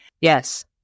Yes